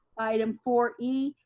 item four e,